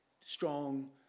strong